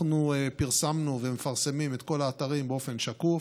אנחנו פרסמנו ומפרסמים את כל האתרים באופן שקוף.